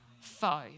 foe